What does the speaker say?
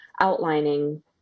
outlining